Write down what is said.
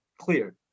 clear